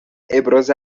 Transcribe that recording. ابراز